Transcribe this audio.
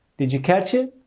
did you catch it?